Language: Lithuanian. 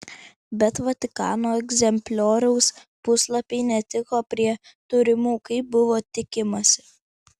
bet vatikano egzemplioriaus puslapiai netiko prie turimų kaip buvo tikimasi